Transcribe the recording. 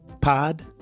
Pod